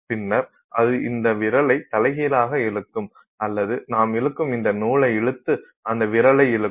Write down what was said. பின்னர் அது இந்த விரலை தலைகீழாக இழுக்கும் அல்லது நாம் இழுக்கும் இந்த நூலை இழுத்து அந்த விரலை இழுக்கும்